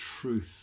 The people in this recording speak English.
truth